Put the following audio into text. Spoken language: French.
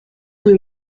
rue